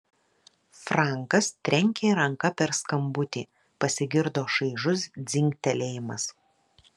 frankas trenkė ranka per skambutį pasigirdo šaižus dzingtelėjimas